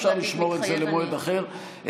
אפשר לשמור את זה למועד אחר.